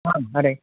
औ माबोरै दं